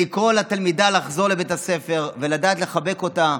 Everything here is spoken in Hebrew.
לקרוא לתלמידה לחזור לבית הספר ולדעת לחבק אותה.